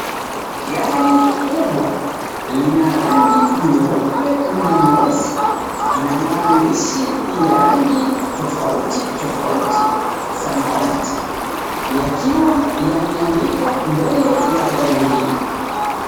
Gari kubwa lina rangi nyeupe na nyeusi, na maandishi ya rangi tofauti tofauti, samawati, yakiwa yameandikwa mbele ya gari hili.